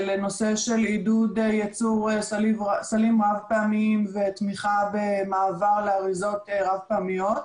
לנושא של עידוד ייצור סלים רב פעמיים ותמיכה במעבר לאריזות רב פעמיות.